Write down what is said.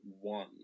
one